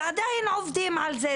ועדין עובדים על זה.